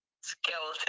Skeleton